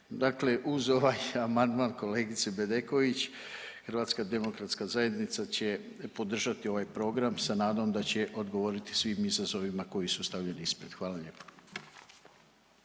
Dakle uz ovaj amandman kolegice Bedeković HDZ će podržati ovaj program sa nadom da će odgovoriti svi, mislim s ovima koji su stavljeni ispred, hvala lijepo.